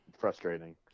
frustrating